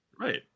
right